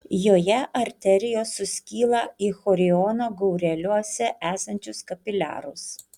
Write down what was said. joje arterijos suskyla į choriono gaureliuose esančius kapiliarus